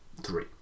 Three